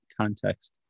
context